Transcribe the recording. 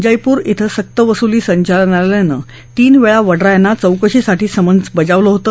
जयपूर ध्वें सक्तवसुली संचालनालयानं तीन वेळा वड्रा यांना चौकशीसाठी समन्स बजावलं होतं